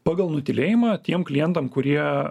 pagal nutylėjimą tiem klientam kurie